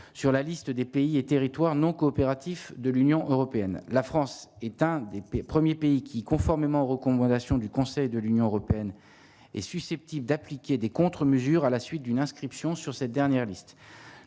sur la liste des pays et territoires non coopératifs de l'Union européenne, la France est un des P. 1er pays qui, conformément aux recommandations du Conseil de l'Union européenne est susceptible d'appliquer des contre-mesures à la suite d'une inscription sur cette dernière liste,